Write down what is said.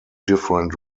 different